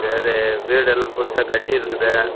சரி வீடெல்லாம் புதுசாக கட்டியிருக்குது